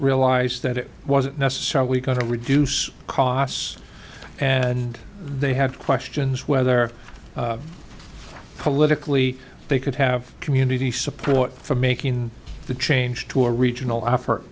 realized that it wasn't necessarily going to reduce costs and they had questions whether politically they could have community support for making the change to a regional